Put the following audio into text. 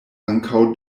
ankaŭ